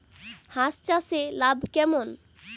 হাঁস চাষে লাভ কেমন?